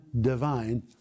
divine